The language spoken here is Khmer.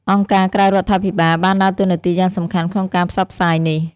អង្គការក្រៅរដ្ឋាភិបាល បានដើរតួនាទីយ៉ាងសំខាន់ក្នុងការផ្សព្វផ្សាយនេះ។